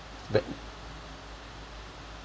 but